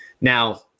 Now